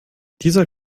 dieser